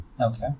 Okay